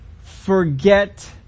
forget